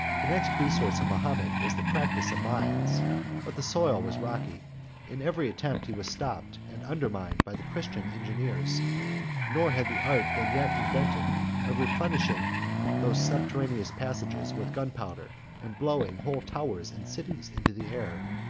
the next resource of mahomet was the practice of mines but the soil was rocky in every attempt he was stopped and undermined by the christian engineers nor had the art been yet invented of replenishing those subterraneous passages with gunpowder, and blowing whole towers and cities into the air.